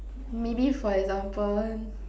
maybe for example